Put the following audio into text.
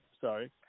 sorry